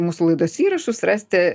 mūsų laidos įrašus rasite